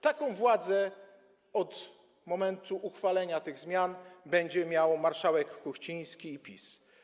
Taką władzę od momentu uchwalenia tych zmian będzie miał marszałek Kuchciński i PiS.